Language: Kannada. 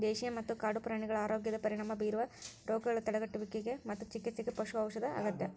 ದೇಶೇಯ ಮತ್ತ ಕಾಡು ಪ್ರಾಣಿಗಳ ಆರೋಗ್ಯದ ಪರಿಣಾಮ ಬೇರುವ ರೋಗಗಳ ತಡೆಗಟ್ಟುವಿಗೆ ಮತ್ತು ಚಿಕಿತ್ಸೆಗೆ ಪಶು ಔಷಧ ಅಗತ್ಯ